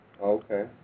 Okay